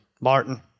Martin